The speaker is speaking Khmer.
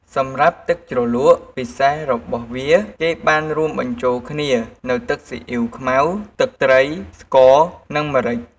សម្រាប់ទឹកជ្រលក់ពិសេសរបស់វា គេបានរួមបញ្ចូលគ្នានូវទឹកស៊ីអ៉ីវខ្មៅ ទឹកត្រី ស្ករ និងម្រេច